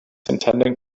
intending